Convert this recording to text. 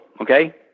okay